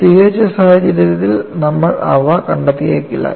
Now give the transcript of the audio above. പ്രസിദ്ധീകരിച്ച സാഹിത്യത്തിൽ നമ്മൾ അവ കണ്ടെത്തിയേക്കില്ല